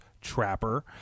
trapper